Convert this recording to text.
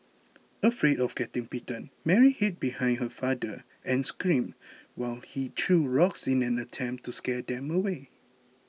afraid of getting bitten Mary hid behind her father and screamed while he threw rocks in an attempt to scare them away